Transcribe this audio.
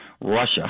Russia